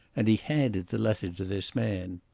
and he handed the letter to this man.